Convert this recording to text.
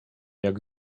jak